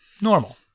normal